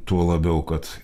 tuo labiau kad